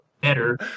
better